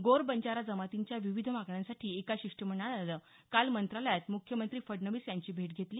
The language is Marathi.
गोर बंजारा जमातींच्या विविध मागण्यांसाठी एका शिष्टमंडळानं काल मंत्रालयात मुख्यमंत्री फडणवीस यांची भेट घेतली